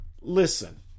Listen